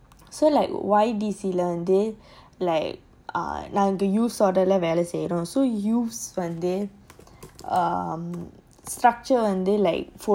so like Y_D_C lah வந்துநம்மவேலசெய்ரோம்:vandhu namma vela seirom